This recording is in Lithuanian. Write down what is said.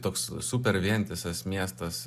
toks super vientisas miestas